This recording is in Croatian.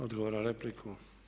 Odgovor na repliku.